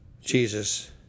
Jesus